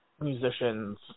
musicians